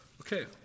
Okay